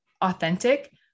authentic